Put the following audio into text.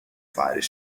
fire